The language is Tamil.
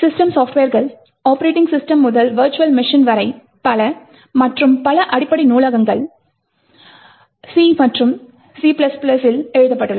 சிஸ்டம் சாப்ட்வேர்கள் ஆப்ரேட்டிங் சிஸ்டம் முதல் வெர்ச்சுவல் மெஷின் வரை பல மற்றும் அடிப்படை நூலகங்கள் பல C மற்றும் C இல் எழுதப்பட்டுள்ளன